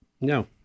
No